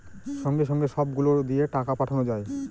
সঙ্গে সঙ্গে সব গুলো দিয়ে টাকা পাঠানো যায়